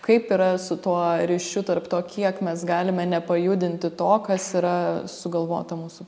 kaip yra su tuo ryšiu tarp to kiek mes galime nepajudinti to kas yra sugalvota mūsų